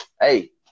Hey